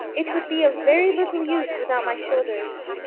it would be of very little use without my shoulders.